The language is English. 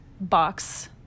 box